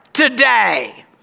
today